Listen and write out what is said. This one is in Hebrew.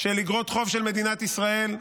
של אגרות חוב של מדינת ישראל.